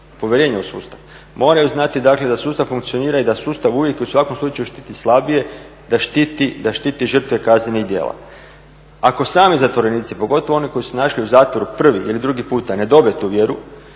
povjerenje u sustav, moraju znati dakle da sustav funkcionira i da sustav uvijek i u svakom slučaju štiti slabije, da štiti žrtve kaznenih djela. Ako sami zatvorenici, pogotovo oni koji su se našli u zatvoru prvi ili drugi puta ne dobiju tu vjeru